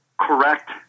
correct